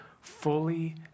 fully